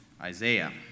Isaiah